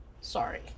Sorry